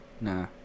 Nah